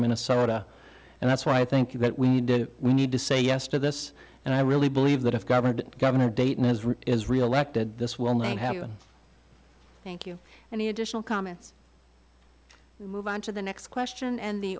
minnesota and that's why i think that we did we need to say yes to this and i really believe that if governor governor dayton has is reelected this will not happen thank you any additional comments move on to the next question and the